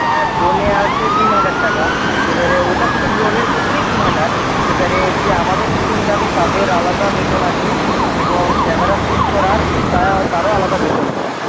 হ্যাঁ ড্রোনে আছে তিন হাজার টাকা এবারে ওটা শুধু ড্রোনের ক্ষেত্রেই তিন হাজার এবারে যে আমাদের দুজন যাবে তাদের আলাদা বেতন আছে এবং ক্যামেরা শ্যুট করার তারও আলাদা বেতন আছে